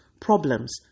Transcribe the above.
problems